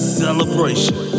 celebration